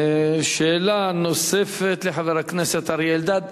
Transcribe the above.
שאלה נוספת לחבר הכנסת אריה אלדד.